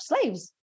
slaves